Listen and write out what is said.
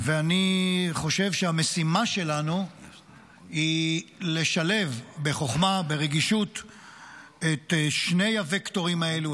אני חושב שהמשימה שלנו לשלב בחוכמה וברגישות את שני הווקטורים האלה,